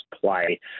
play